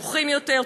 נוחים יותר,